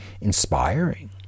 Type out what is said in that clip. inspiring